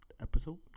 episode